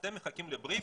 אתם מחכים לבריף,